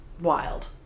wild